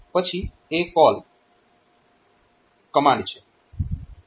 પછી ACALL CMND છે